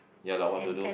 ya lah what to do